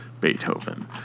beethoven